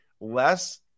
less